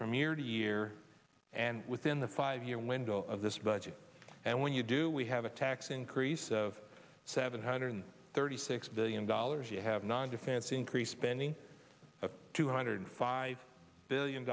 from year to year and within the five year window of this budget and when you do we have a tax increase of seven hundred thirty six billion dollars you have non defense increase spending of two hundred five billion